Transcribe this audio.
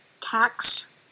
tax